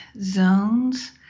zones